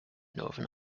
northern